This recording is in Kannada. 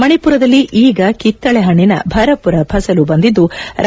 ಮಣಿಪುರದಲ್ಲಿ ಈಗ ಕಿತ್ತಳೆಷಣ್ಣಿನ ಭರಪುರ ಫಸಲು ಬಂದಿದ್ಲು